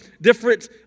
different